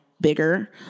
bigger